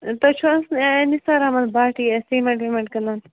تُہۍ چھِو حظ نِثار احمد بٹ یہِ سیٖمنٹ ویٖمنٹ کٕنان